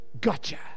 Gotcha